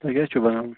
تۄہہِ کیاہ چھُو بناوُن